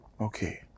Okay